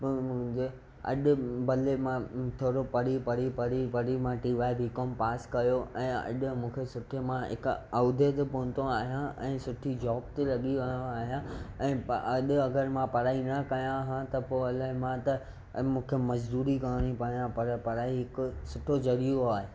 पर मुंहिंजे अॼु भले मां थोरो पढ़ी पढ़ी पढ़ी पढ़ी मां T Y B com pass कयो ऐं अॼु मूंखे सुठे मां हिकु आहुदे ते पोहतो आहियां ऐं सुठी जॉब ते लॻी वियो आहियां ऐं अॼु अगरि मां पढ़ाई न कयां हा त पोइ अलाए मां त मूंखे मज़दूरी करिणी पए हा पर पढ़ाई हिकु सुठो ज़रियो आहे